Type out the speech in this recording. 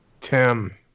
Tim